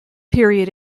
period